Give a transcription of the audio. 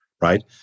Right